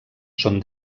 són